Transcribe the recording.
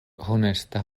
honesta